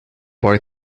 boy